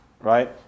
Right